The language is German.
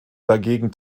dagegen